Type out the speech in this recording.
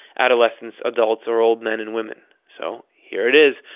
adolescents, adults, or old men and women. so, here it is!